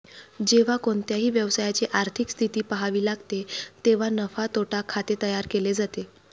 जेव्हा कोणत्याही व्यवसायाची आर्थिक स्थिती पहावी लागते तेव्हा नफा तोटा खाते तयार केले जाते